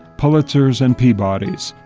pulitzers and peabodys.